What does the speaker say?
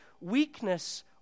weakness